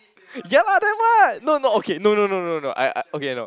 ya lah then what no no okay no no no no no I I okay no